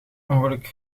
ongeluk